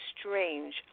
strange